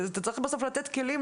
צריך בסוף לתת לשופטים כלים,